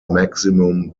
maximum